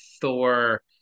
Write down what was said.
thor